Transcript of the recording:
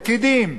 פקידים.